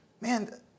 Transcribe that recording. Man